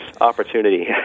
opportunity